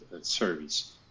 service